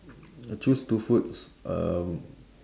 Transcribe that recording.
choose two foods um